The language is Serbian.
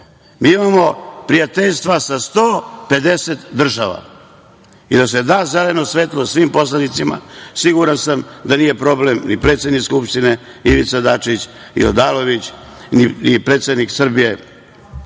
to. Mi imamo prijateljstva sa 150 država i da se da zeleno svetlo svim poslanicima, siguran sam da nije problem ni predsednik Skupštine Ivica Dačić, ni Odalović, ni predsednik Srbije,